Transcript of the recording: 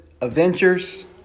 adventures